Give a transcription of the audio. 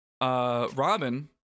Robin